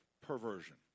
perversion